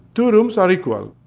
two rooms are equal.